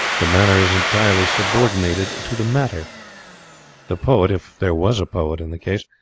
the manner is entirely subordinated to the matter the poet, if there was a poet in the case,